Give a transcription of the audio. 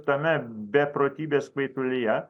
tame beprotybės kvaitulyje